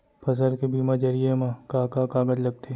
फसल के बीमा जरिए मा का का कागज लगथे?